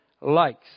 likes